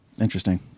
Interesting